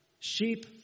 Sheep